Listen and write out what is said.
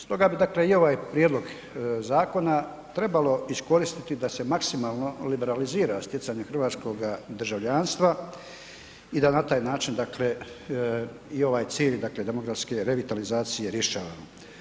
Stoga bi dakle i ovaj prijedlog zakona trebalo iskoristi da se maksimalno liberalizira stjecanje hrvatskoga državljanstva i da na taj način dakle i ovaj cilj dakle demografske revitalizacije rješava.